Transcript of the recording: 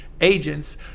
Agents